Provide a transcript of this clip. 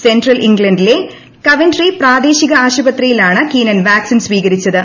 central ഇംഗ്ലണ്ടിലെ കോൺവെന്ററിയിലെ പ്രാദേശിക ആശുപത്രിയിലാണ് കീനൻ വാക്സിൻ സ്വീകരിച്ചത്